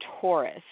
Taurus